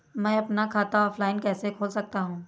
मैं अपना खाता ऑफलाइन कैसे खोल सकता हूँ?